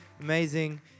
amazing